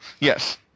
Yes